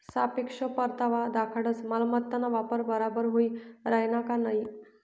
सापेक्ष परतावा दखाडस मालमत्ताना वापर बराबर व्हयी राहिना का नयी